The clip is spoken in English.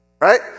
Right